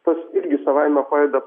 tas irgi savaime padeda